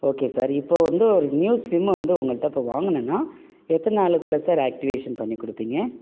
okay sir இப்போ வந்து ஒரு நியூ சிம்ம வந்து உங்கள்கிட்ட இப்போ வாங்குனேன்னா எத்தனை நாளுக்குள்ளே சார் ஆக்டிவேஷன் பண்ணிக்கொடுப்பீங்க